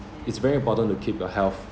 it's very important to keep your health